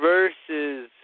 Versus